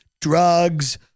drugs